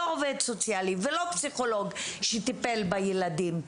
לא עובד סוציאלי ולא פסיכולוג שטיפל בילדים.